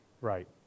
right